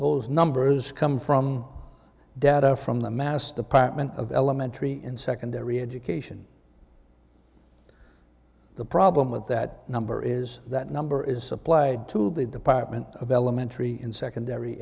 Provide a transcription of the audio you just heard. those numbers come from data from the mass department of elementary and secondary education the problem with that number is that number is supplied to the department of elementary and secondary